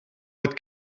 het